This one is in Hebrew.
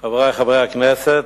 חברי חברי הכנסת,